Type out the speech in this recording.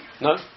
No